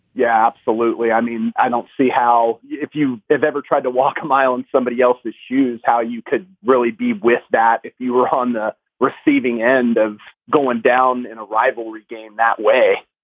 yeah, absolutely i mean, i don't see how if you have ever tried to walk a mile in somebody else's shoes, how you could really be with that if you were on the receiving end of going down in a rivalry game that way